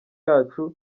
yacu